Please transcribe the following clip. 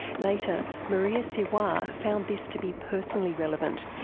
later, maria sirois found this to be personally relevant,